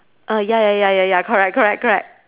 ah ya ya ya ya correct correct correct